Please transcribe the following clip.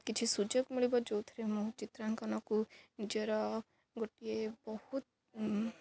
କିଛି ସୁଯୋଗ ମିଳିବ ଯେଉଁଥିରେ ମୁଁ ଚିତ୍ରାଙ୍କନକୁ ନିଜର ଗୋଟିଏ ବହୁତ